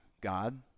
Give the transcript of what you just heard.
God